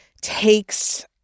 takes